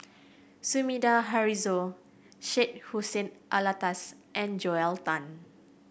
Sumida Haruzo Syed Hussein Alatas and Joel Tan